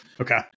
Okay